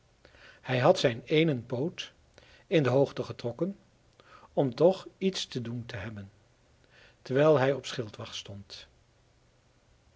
hij had zijn eenen poot in de hoogte getrokken om toch iets te doen te hebben terwijl hij op schildwacht stond